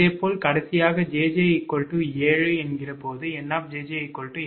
இதேபோல் கடைசியாக jj 7 போது 𝑁 𝑗𝑗 𝑁 1 𝑘 12